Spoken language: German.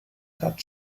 hat